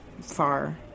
Far